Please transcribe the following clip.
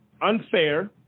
unfair